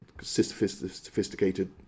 sophisticated